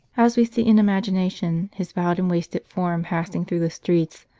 as we see in imagination his bowed and wasted form passing through the streets,